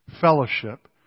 fellowship